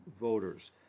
voters